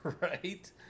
Right